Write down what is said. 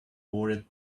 bored